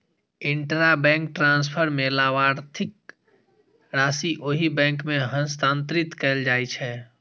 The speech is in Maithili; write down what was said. इंटराबैंक ट्रांसफर मे लाभार्थीक राशि ओहि बैंक मे हस्तांतरित कैल जाइ छै